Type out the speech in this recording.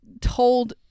told